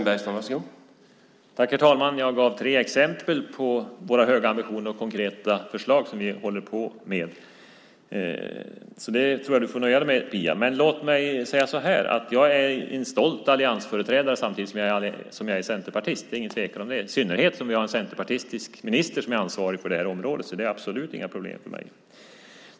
Herr talman! Jag gav tre exempel på våra höga ambitioner och de konkreta förslag som vi håller på med. Jag tror att du får nöja dig med det. Men låt mig säga att jag är en stolt alliansföreträdare samtidigt som jag är centerpartist. Det är ingen tvekan om det, i synnerhet som vi har en centerpartistisk minister som är ansvarig för det här området. Det är absolut inga problem för mig.